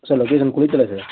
sir location Kulithalai sir